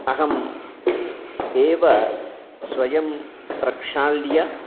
अहम् एव स्वयं प्रक्षाल्य